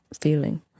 feeling